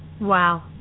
Wow